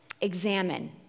examine